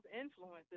influences